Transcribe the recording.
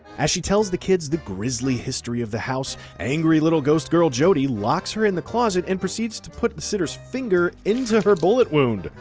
as she tells the kids the grisly history of the house, angry little ghost girl jody locks her in the closet and proceeds to put the sitter's finger into her bullet wound.